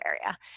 area